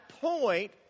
point